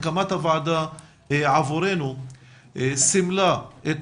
הקמת הוועדה עבורנו סימלה את